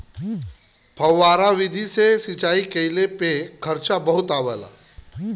फौआरा विधि से सिंचाई कइले पे खर्चा बहुते आवला